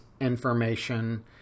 information